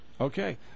Okay